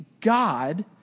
God